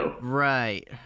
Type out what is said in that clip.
right